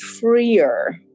freer